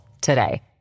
today